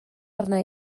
arna